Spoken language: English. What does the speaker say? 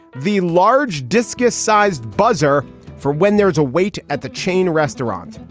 the large discus sized buzzer for when there is a wait at the chain restaurant.